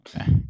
Okay